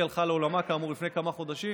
לצערי, היא הלכה לעולמה, כאמור, לפני כמה חודשים.